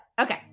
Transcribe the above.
okay